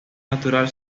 natural